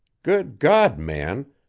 good god, man,